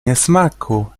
niesmaku